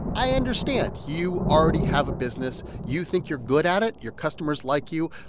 i understand. you already have a business. you think you're good at it. your customers like you.